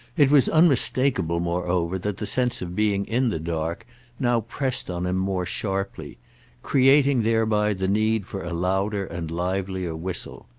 it was unmistakeable moreover that the sense of being in the dark now pressed on him more sharply creating thereby the need for a louder and livelier whistle.